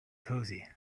cosy